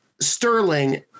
Sterling